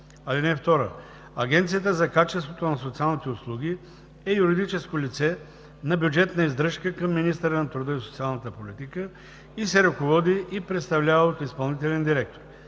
Агенцията за качеството на социалните услуги е юридическо лице на бюджетна издръжка към министъра на труда и социалната политика и се ръководи и представлява от изпълнителен директор.